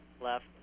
left